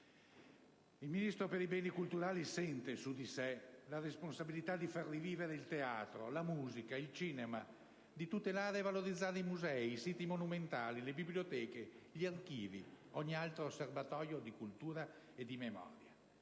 Il Ministro per i beni culturali sente su di sé la responsabilità di far rivivere il teatro, la musica, il cinema, di tutelare e valorizzare i musei, i siti monumentali, le biblioteche gli archivi e ogni altro serbatoio di cultura e memoria.